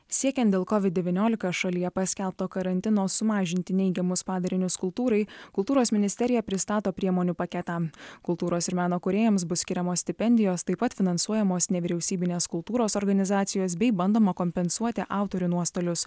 siekiant dėl covid devyniolika šalyje paskelbto karantino sumažinti neigiamus padarinius kultūrai kultūros ministerija pristato priemonių paketą kultūros ir meno kūrėjams bus skiriamos stipendijos taip pat finansuojamos nevyriausybinės kultūros organizacijos bei bandoma kompensuoti autorių nuostolius